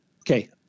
okay